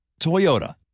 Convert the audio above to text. Toyota